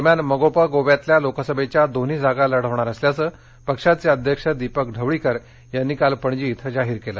दरम्यान म गो प गोव्यातल्या लोकसभेच्या दोन्ही जागा लढवणार असल्याचं पक्षाचे अध्यक्ष दीपक ढवळीकर यांनी काल पणजीमध्ये जाहीर केलं